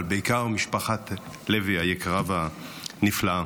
אבל בעיקר משפחת לוי היקרה והנפלאה,